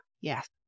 Yes